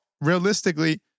realistically